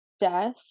Death